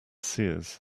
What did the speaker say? seers